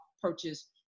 purchase